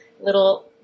little